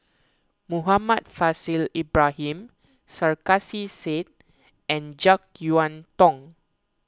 Muhammad Faishal Ibrahim Sarkasi Said and an Jek Yeun Thong